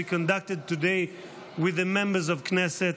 conducted today with members of the Knesset.